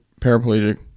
paraplegic